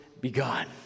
begun